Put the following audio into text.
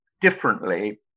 differently